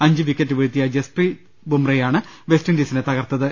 അഞ്ച് വിക്കറ്റ് വീഴ്ത്തിയ ജസ്പ്രീത് ബുമ്രയാണ് വെസ്റ്റിൻഡീസിനെ തകർത്തത്